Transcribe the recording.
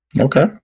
Okay